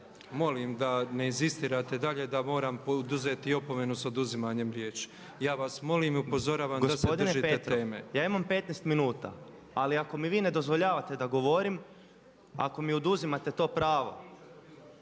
molim da ne inzistirate dalje da moram poduzeti opomenu sa oduzimanjem riječi. Ja vas molim i upozoravam da se držite teme./… **Pernar, Ivan (Abeceda)** Gospodine Petrov, ja imam 15 minuta, ali ako mi ne dozvoljavate da govorim, ako mi oduzimate to pravo,